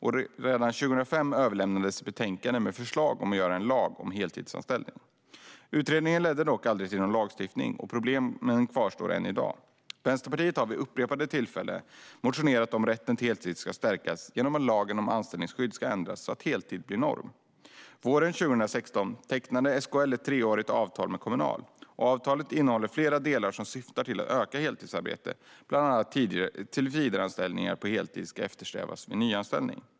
Redan 2005 överlämnades ett betänkande med förslag om en lag om heltidsanställning. Utredningen ledde dock aldrig till någon lagstiftning, och problemen kvarstår än i dag. Vänsterpartiet har vid upprepade tillfällen motionerat om att rätten till heltid ska stärkas genom att lagen om anställningsskydd ska ändras så att heltid blir norm. Våren 2016 tecknade SKL ett treårigt avtal med Kommunal. Avtalet innehåller flera delar som syftar till ökat heltidsarbete, bland annat att tillsvidareanställningar på heltid ska eftersträvas vid nyanställning.